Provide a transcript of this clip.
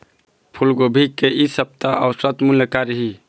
फूलगोभी के इ सप्ता औसत मूल्य का रही?